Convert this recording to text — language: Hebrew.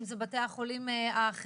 אם זה בתי החולים האחרים,